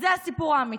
אז זה הסיפור האמיתי: